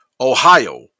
ohio